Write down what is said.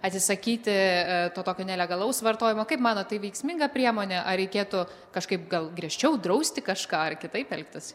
atsisakyti to tokio nelegalaus vartojimo kaip manot tai veiksminga priemonė ar reikėtų kažkaip gal griežčiau drausti kažką ar kitaip elgtis